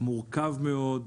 מורכב מאוד.